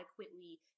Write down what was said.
adequately